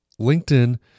LinkedIn